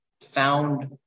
found